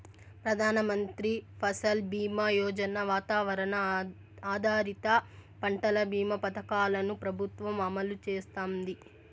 ప్రధాన మంత్రి ఫసల్ బీమా యోజన, వాతావరణ ఆధారిత పంటల భీమా పథకాలను ప్రభుత్వం అమలు చేస్తాంది